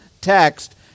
text